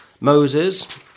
Moses